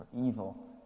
evil